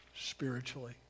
spiritually